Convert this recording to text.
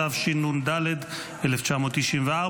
התשנ"ד 1994,